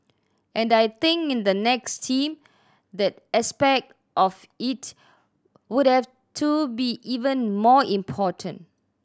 and I think in the next team that aspect of it would have to be even more important